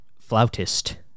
flautist